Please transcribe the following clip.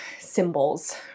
symbols